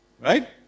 Right